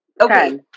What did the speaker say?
Okay